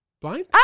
blind